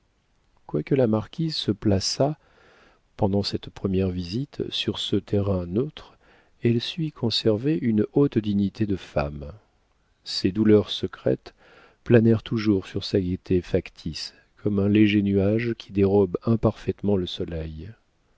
quoique la marquise se plaçât pendant cette première visite sur ce terrain neutre elle sut y conserver une haute dignité de femme ses douleurs secrètes planèrent toujours sur sa gaieté factice comme un léger nuage qui dérobe imparfaitement le soleil